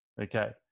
Okay